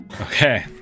Okay